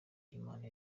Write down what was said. imana